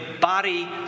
body